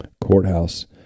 Courthouse